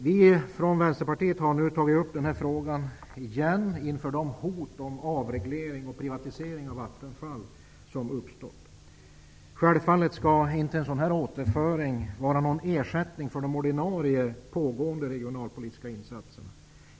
Vi från Vänsterpartiet har tagit upp frågan igen inför de hot som uppstått om avreglering och privatisering av Vattenfall. Självfallet skall inte en sådan återföring vara en ersättning för de ordinarie pågående regionalpolitiska insatserna.